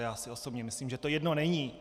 Já si osobně myslím, že to jedno není.